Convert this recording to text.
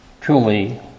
truly